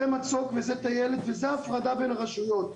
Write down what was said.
זה מצוק וזה טיילת וזה הפרדה בין רשויות.